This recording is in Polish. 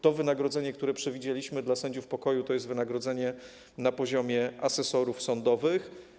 To wynagrodzenie, które przewidzieliśmy dla sędziów pokoju, jest wynagrodzeniem na poziomie asesorów sądowych.